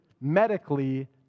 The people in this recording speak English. medically